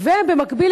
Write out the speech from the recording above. ובמקביל,